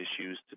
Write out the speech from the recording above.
issues